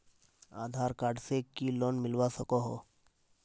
आधार card से की loan मिलवा सकोहो?